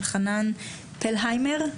אלחנן פלהיימר.